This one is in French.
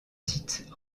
sites